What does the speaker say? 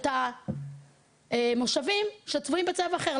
את המושבים שצבועים בצבע אחר,